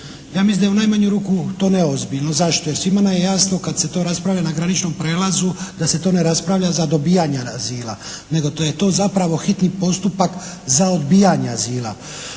Ja mislim da je u najmanju ruku to neozbiljno. Zašto? Jer svima nam je jasno kad se to raspravlja na graničnom prijelazu da se to ne raspravlja za dobijanje azila, nego to je zapravo hitni postupak za odbijanje azila.